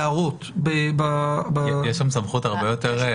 כי יש שם סמכות הרבה יותר.